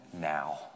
now